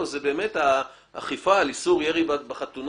זה באמת האכיפה על איסור ירי בחתונות.